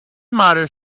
mother